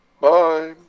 Bye